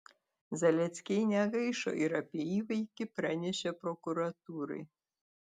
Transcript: zaleckiai negaišo ir apie įvykį pranešė prokuratūrai